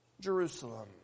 Jerusalem